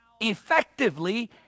effectively